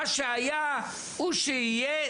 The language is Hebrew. מה שהיה הוא שיהיה,